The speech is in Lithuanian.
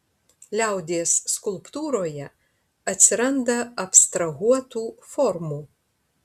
liaudies skulptūroje atsiranda abstrahuotų formų